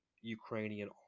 Ukrainian